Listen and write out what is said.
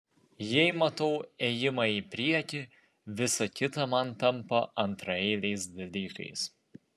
jei matau ėjimą į priekį visa kita man tampa antraeiliais dalykais